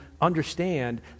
understand